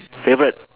favourite